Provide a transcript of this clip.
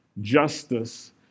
justice